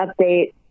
update